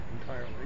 entirely